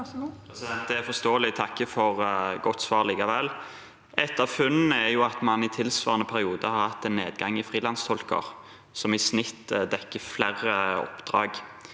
Det er forståe- lig, og jeg takker for et godt svar likevel. Et av funnene er at man i tilsvarende periode har hatt en nedgang i frilanstolker, som i snitt dekker flere oppdrag.